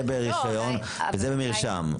זה ברישיון, זה במרשם.